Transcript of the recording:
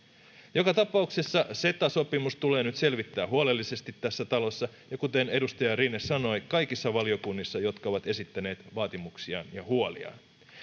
joka tapauksessa ceta sopimus tulee nyt selvittää huolellisesti tässä talossa ja kuten edustaja rinne sanoi kaikissa valiokunnissa jotka ovat esittäneet vaatimuksiaan ja huoliaan